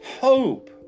hope